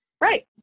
Right